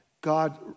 God